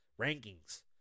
Rankings